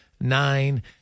nine